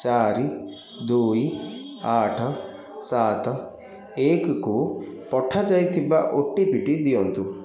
ଚାରି ଦୁଇ ଆଠ ସାତ ଏକକୁ ପଠାଯାଇଥିବା ଓଟିପିଟି ଦିଅନ୍ତୁ